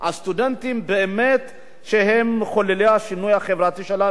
הסטודנטים שבאמת הם מחוללי השינוי החברתי שלנו,